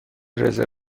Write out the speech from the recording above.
رزرو